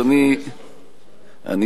נדמה לי שאתה זה שלא השתמש בו.